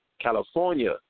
California